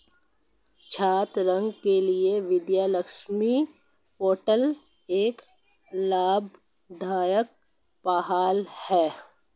छात्र ऋण के लिए विद्या लक्ष्मी पोर्टल एक लाभदायक पहल है